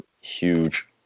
huge